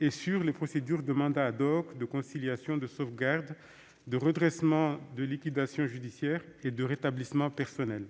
et sur les procédures de mandat, de conciliation, de sauvegarde, de redressement, de liquidation judiciaire et de rétablissement personnel.